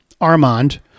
Armand